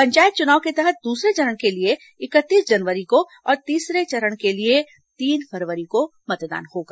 पंचायत चुनाव के तहत दूसरे चरण के लिए इकतीस जनवरी को और तीसरे चरण के लिए तीन फरवरी को मतदान होगा